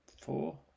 Four